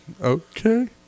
Okay